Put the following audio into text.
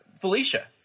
Felicia